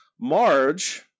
Marge